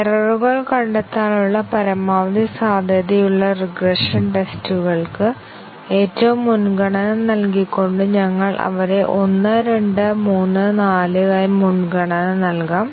എററുകൾ കണ്ടെത്താനുള്ള പരമാവധി സാധ്യതയുള്ള റിഗ്രഷൻ ടെസ്റ്റുകൾക്ക് ഏറ്റവും മുൻഗണന നൽകിക്കൊണ്ട് ഞങ്ങൾ അവരെ 1 2 3 4 ആയി മുൻഗണന നൽകാം